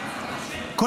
איפה חברת הכנסת פנינה?